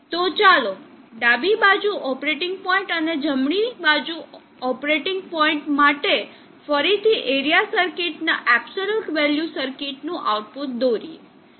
તો ચાલો ડાબી બાજુ ઓપરેટિંગ પોઇન્ટ અને જમણી બાજુ ઓપરેટિંગ પોઇન્ટ માટે ફરીથી એરિયા સર્કિટના એબ્સોલ્યુટ વેલ્યુ સર્કિટ નું આઉટપુટ દોરીએ